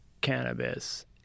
cannabis